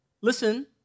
listen